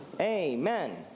Amen